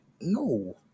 no